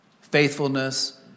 faithfulness